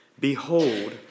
Behold